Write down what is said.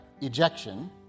ejection